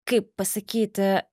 kaip pasakyti